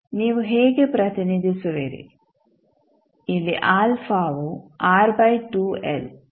ನೀವು ಹೇಗೆ ಪ್ರತಿನಿಧಿಸುವಿರಿ